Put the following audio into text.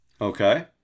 Okay